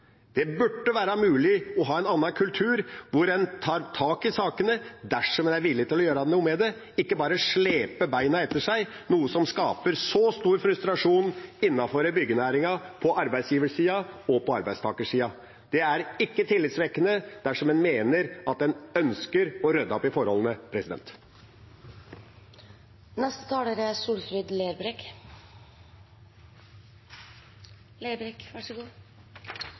Det burde være mulig å ha en annen kultur, hvor en tar tak i sakene dersom en er villig til å gjøre noe med det, ikke bare slepe beina etter seg, noe som skaper stor frustrasjon innenfor byggenæringen, på arbeidsgiversida og på arbeidstakersida. Det er ikke tillitvekkende, dersom en ønsker å rydde opp i forholdene.